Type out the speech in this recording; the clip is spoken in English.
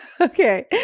Okay